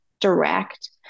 direct